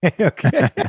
Okay